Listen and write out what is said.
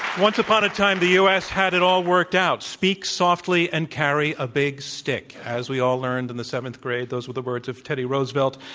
once upon a time, the u. s. had it all worked out. speak softly and carry a big stick. as we all learned in the seventh grade, those were the words of teddy roosevelt.